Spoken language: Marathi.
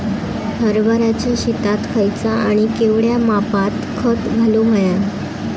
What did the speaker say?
हरभराच्या शेतात खयचा आणि केवढया मापात खत घालुक व्हया?